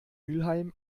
mülheim